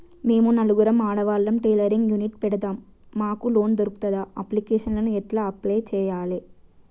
మేము నలుగురం ఆడవాళ్ళం టైలరింగ్ యూనిట్ పెడతం మాకు లోన్ దొర్కుతదా? అప్లికేషన్లను ఎట్ల అప్లయ్ చేయాలే?